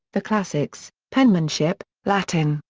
the classics, penmanship, latin,